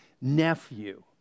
nephew